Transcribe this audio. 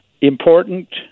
important